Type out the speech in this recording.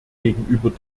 gegenüber